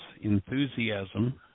enthusiasm